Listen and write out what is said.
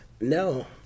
No